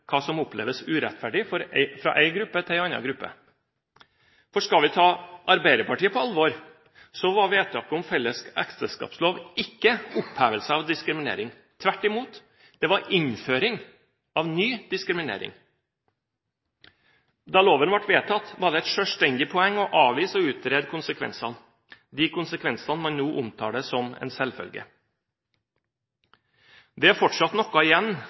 skal vi ta Arbeiderpartiet på alvor, var vedtaket om felles ekteskapslov ikke opphevelse av diskriminering. Tvert imot, det var innføring av ny diskriminering. Da loven ble vedtatt, var det et selvstendig poeng å avvise å utrede konsekvensene, de konsekvensene man nå omtaler som en selvfølge. Det er fortsatt noe igjen